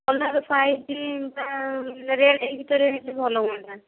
ନା ରେଟ୍ ଭିତରେ କିଛି ଭଲ ହୁଅନ୍ତା